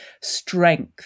strength